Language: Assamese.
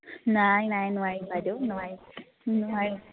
নাই নাই নোৱাৰিম বাইদেউ নোৱাৰিম নোৱাৰিম